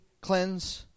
cleanse